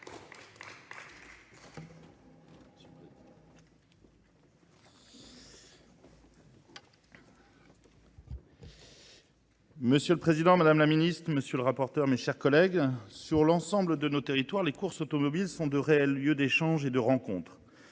Monsieur le Président, Madame la Ministre, Monsieur le rapporteur, mes chers collègues, sur l'ensemble de nos territoires, les courses automobiles sont de réels lieux d'échanges et de rencontres.